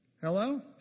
Hello